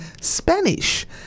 Spanish